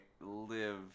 live